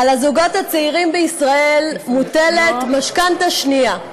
על הזוגות הצעירים בישראל מוטלת משכנתה שנייה.